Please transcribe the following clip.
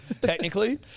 technically